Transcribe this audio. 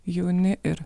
jauni ir